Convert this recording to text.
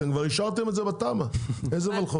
אתם כבר אישרתם את זה בתמ"א, איזה ולחו"ף?